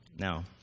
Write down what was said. Now